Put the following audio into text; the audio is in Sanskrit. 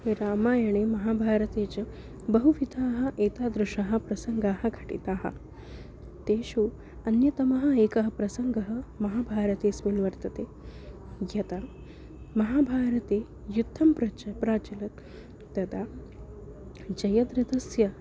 रामायणे महाभारते च बहुविधाः एतादृशाः प्रसङ्गाः घटिताः तेषु अन्यतमः एकः प्रसङ्गः महाभारतेस्मिन् वर्तते यदा महाभारते युद्धं प्रच प्रचलति तदा जयद्रथस्य